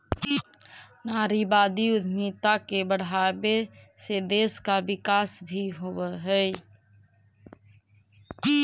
नारीवादी उद्यमिता के बढ़ावे से देश का विकास भी होवअ हई